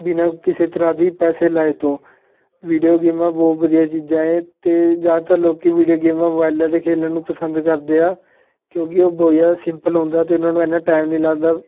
ਬਿਨਾਂ ਕਿਸੇ ਤਰ੍ਹਾਂ ਵੀ ਪੈਸੇ ਲਾਏ ਤੋਂ ਵੀਡੀਓ ਗੇਮਾਂ ਬਹੁਤ ਵਧੀਆ ਚੀਜ਼ਾਂ ਹੈ ਅਤੇ ਜ਼ਿਆਦਾਤਰ ਲੋਕ ਵੀਡੀਓ ਗੇਮਾਂ ਮੋਬਾਈਲਾਂ 'ਤੇ ਖੇਡੇਣ ਨੂੰ ਪਸੰਦ ਕਰਦੇ ਆ ਕਿਉਂਕਿ ਉਹ ਬਹੁਤ ਜ਼ਿਆਦਾ ਸਿੰਪਲ ਹੁੰਦਾ ਅਤੇ ਉਹਨਾਂ ਨੂੰ ਇੰਨਾ ਟਾਈਮ ਨਹੀਂ ਲੱਗਦਾ